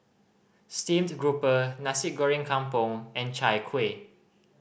steamed grouper Nasi Goreng Kampung and Chai Kuih